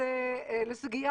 לסוגיה